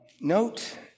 note